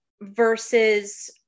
versus